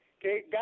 okay